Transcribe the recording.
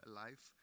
life